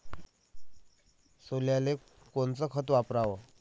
सोल्याले कोनचं खत वापराव?